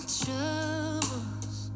troubles